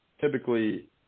typically